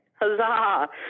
Huzzah